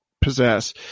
possess